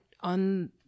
on